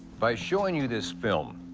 by showing you this film,